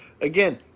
again